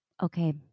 okay